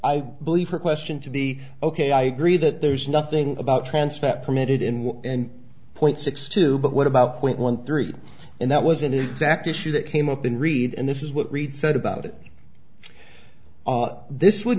i believe her question to be ok i agree that there's nothing about trans fat permitted in and point six two but what about point one three and that was an exact issue that came up in read and this is what reid said about it on this would